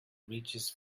reaches